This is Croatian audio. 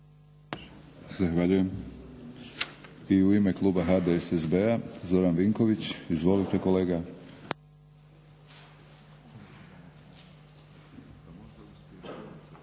Zahvaljujem. I u ime kluba HDSSB-a Zoran Vinković. Izvolite kolega.